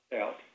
out